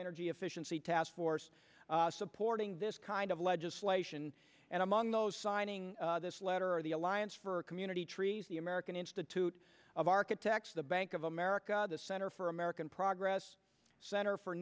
energy efficiency task force supporting this kind of legislation and among those signing this letter the alliance for community trees the american institute of architects the bank of america the center for american progress center for